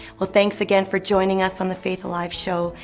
well, thanks again for joining us on the faith alive show.